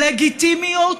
לגיטימיות,